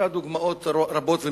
והדוגמאות רבות.